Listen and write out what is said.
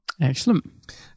Excellent